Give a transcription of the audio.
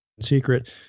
secret